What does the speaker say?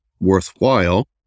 worthwhile